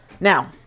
Now